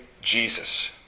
Jesus